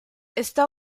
está